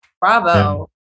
Bravo